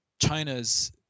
China's